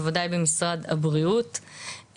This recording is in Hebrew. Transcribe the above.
בוודאי במשרד הבריאות,